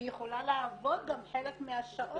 והיא יכולה לעבוד גם חלק מהשעות